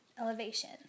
elevation